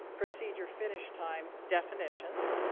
procedure finish time definitions.